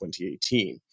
2018